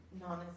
non